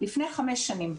לפני חמש שנים,